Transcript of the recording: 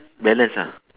balance ah